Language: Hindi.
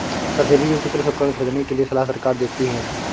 सब्सिडी युक्त कृषि उपकरण खरीदने के लिए सलाह सरकार देती है